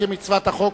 כמצוות החוק,